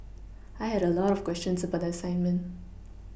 I had a lot of questions about the assignment